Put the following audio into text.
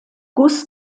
guss